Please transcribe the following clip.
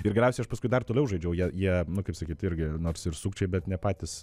ir geriausiai aš paskui dar toliau žaidžiau jei jie nu kaip sakyt irgi nors ir sukčiai bet ne patys